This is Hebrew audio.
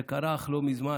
זה קרה אך לא מזמן,